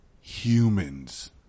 Humans